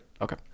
Okay